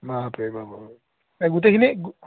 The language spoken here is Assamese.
এই গোটেইখিনি